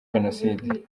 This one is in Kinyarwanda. jenoside